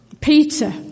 Peter